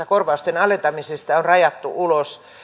korvausten alentamisista on rajattu ulos